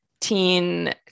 teen